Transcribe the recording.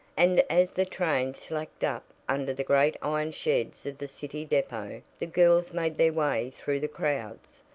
and as the train slacked up under the great iron sheds of the city depot the girls made their way through the crowds,